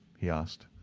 he asked.